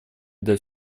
для